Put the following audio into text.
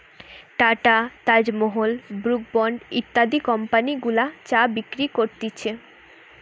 tata, Taj Mahal, Brooke Bond ইত্যাদি company গুলা চা বিক্রি করতিছে